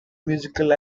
musical